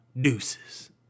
Deuces